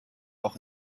auch